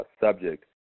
subject